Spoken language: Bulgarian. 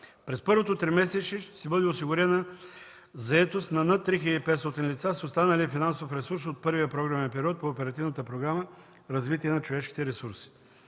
През първото тримесечие ще бъде осигурена заетост на над 3500 лица с останалия финансов ресурс от първия програмен период по Оперативната програма „Развитие на човешките ресурси”.